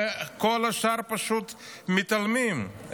וכל השאר, פשוט מתעלמים.